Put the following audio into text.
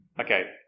Okay